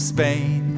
Spain